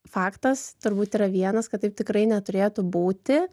faktas turbūt yra vienas kad taip tikrai neturėtų būti